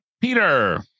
Peter